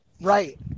Right